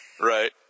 Right